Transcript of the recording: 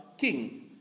king